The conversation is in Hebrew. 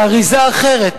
באריזה אחרת,